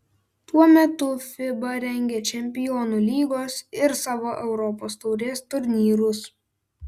tuo metu fiba rengia čempionų lygos ir savo europos taurės turnyrus